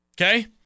Okay